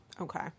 Okay